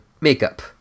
makeup